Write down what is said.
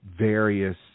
various